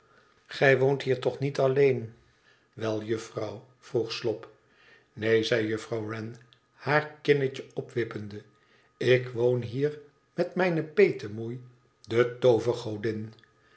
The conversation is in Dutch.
gij woont hier toch niet alleen wel juffrouw vroeg slop neen zei juffrouw wren haar kinnetje opwippende üc woon hier met mijne petemoei de